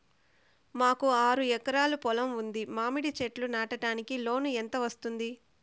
మాకు ఆరు ఎకరాలు పొలం ఉంది, మామిడి చెట్లు నాటడానికి లోను ఎంత వస్తుంది?